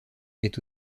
est